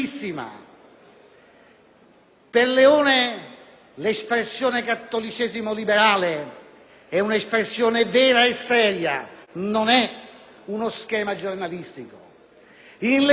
Per Leone l'espressione cattolicesimo liberale è un'espressione vera e seria, non uno schema giornalistico.